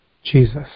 Jesus